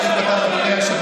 ביבי.